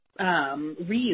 reuse